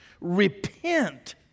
Repent